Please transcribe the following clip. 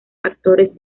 actores